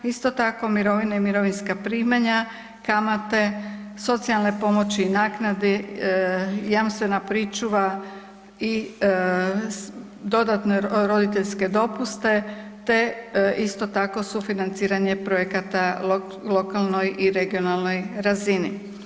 Isto tako, mirovine i mirovinska primanja, kamate, socijalne pomoći i naknade, jamstvena pričuva i dodatne roditeljske dopuste, te isto tako sufinanciranje projekata lokalnoj i regionalnoj razini.